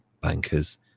bankers